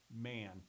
man